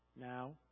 now